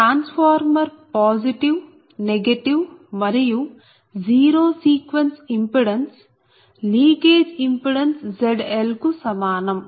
transformer positive negative మరియు zero sequence impedance leakage impedance Zl కు సమానం